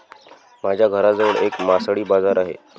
माझ्या घराजवळ एक मासळी बाजार आहे